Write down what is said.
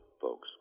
folks